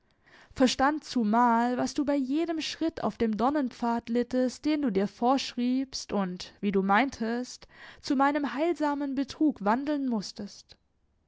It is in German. verstand zumal was du bei jedem schritt auf dem dornenpfad littest den du dir vorschriebst und wie du meintest zu meinem heilsamen betrug wandeln mußtest